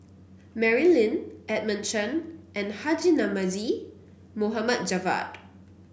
Mary Lim Edmund Chen and Haji Namazie Mohd Javad